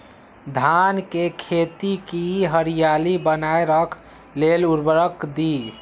धान के खेती की हरियाली बनाय रख लेल उवर्रक दी?